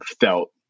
felt